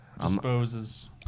Disposes